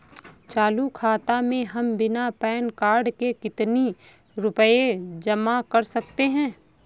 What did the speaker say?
चालू खाता में हम बिना पैन कार्ड के कितनी रूपए जमा कर सकते हैं?